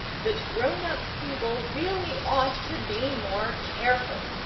that grown-up people really ought to be more careful.